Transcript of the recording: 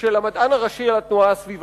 של המדען הראשי על התנועה הסביבתית.